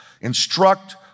Instruct